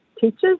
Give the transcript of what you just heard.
teachers